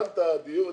הן קונות יותר יקר,